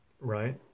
right